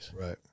Right